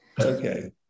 Okay